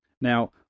Now